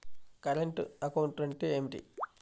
Current account అంటే ఏమిటి?